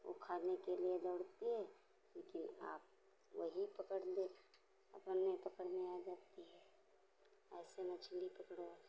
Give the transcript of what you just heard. वो खाने के लिए बढ़ती है फिर अपने आप वही पकड़ ले पकड़ में पकड़ में आ जाती है ऐसे मछली पकड़ो